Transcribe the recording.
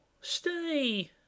stay